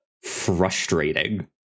frustrating